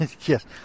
Yes